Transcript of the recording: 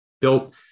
built